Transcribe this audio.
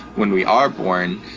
when we are born,